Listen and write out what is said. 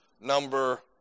number